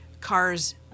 cars